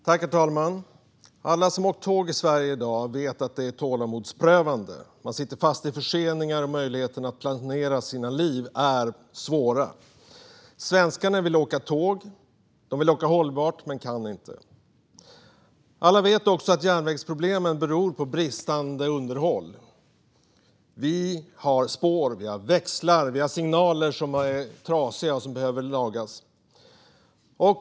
Herr talman! Alla som har åkt tåg i Sverige i dag vet att det är tålamodsprövande. Man sitter fast i förseningar, och det är svårt att planera livet. Svenskarna vill åka tåg, och de vill åka hållbart - men kan inte. Alla vet också att järnvägsproblemen beror på bristande underhåll. Spår, växlar och signaler är trasiga och behöver lagas.